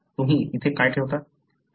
तुम्ही इथे काय ठेवता